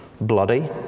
bloody